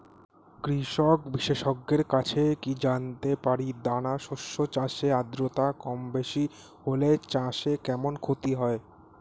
কৃষক বিশেষজ্ঞের কাছে কি জানতে পারি দানা শস্য চাষে আদ্রতা কমবেশি হলে চাষে কেমন ক্ষতি হয়?